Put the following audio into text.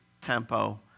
tempo